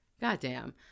Goddamn